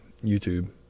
YouTube